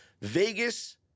Vegas